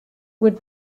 would